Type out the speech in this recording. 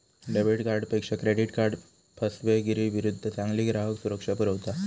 debit कार्डपेक्षा credit card फसवेगिरीविरुद्ध चांगली ग्राहक सुरक्षा पुरवता